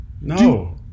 no